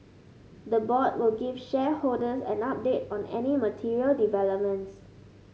the board will give shareholders an update on any material developments